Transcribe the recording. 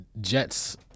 Jets